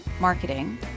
marketing